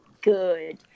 Good